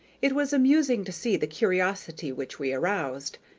it was amusing to see the curiosity which we aroused.